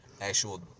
actual